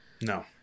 No